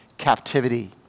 captivity